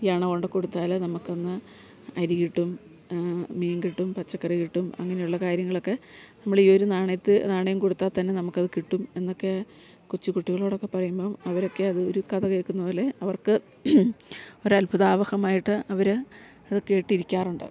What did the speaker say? ഈ അണ കൊണ്ട് കൊടുത്താൽ നമുക്കന്ന് അരി കിട്ടും മീൻ കിട്ടും പച്ചക്കറി കിട്ടും അങ്ങനെയുള്ള കാര്യങ്ങളൊക്കെ നമ്മളീ ഒരു നാണയത്ത് നാണയം കൊടുത്താൽ തന്നെ നമുക്കത് കിട്ടും എന്നൊക്കെ കൊച്ച് കുട്ടികളോടൊക്കെ പറയുമ്പം അവരൊക്കെ അത് ഒരു കഥ കേൾക്കുന്നതു പോലെ അവർക്ക് ഒരത്ഭുതാവഹമായിട്ട് അവർ അത് കേട്ടിരിക്കാറുണ്ട്